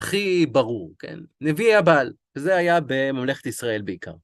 הכי ברור, כן? נביא הבעל, וזה היה בממלכת ישראל בעיקר.